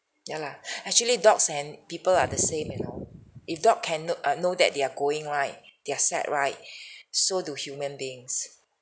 ya lah actually dogs and people are the same you know if dog can know uh know that they are going right they're sad right so do human beings